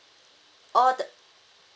all the